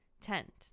tent